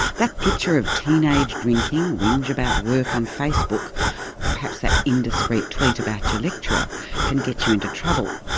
that picture of teenage drinking, whinge about work on facebook or perhaps that indiscreet tweet about your lecturer can get you into trouble.